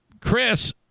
Chris